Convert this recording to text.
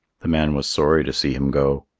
the man was sorry to see him go.